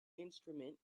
instrument